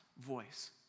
voice